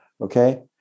okay